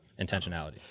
intentionality